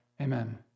Amen